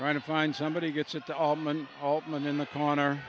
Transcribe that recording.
trying to find somebody gets at the allman altman in the corner